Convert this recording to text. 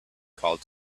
called